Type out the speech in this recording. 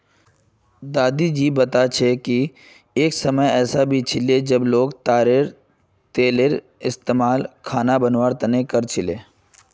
दादी जी बता छे कि एक समय ऐसा भी छिले जब लोग ताडेर तेलेर रोज खाना बनवार तने इस्तमाल कर छीले